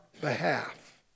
behalf